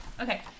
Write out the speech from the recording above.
Okay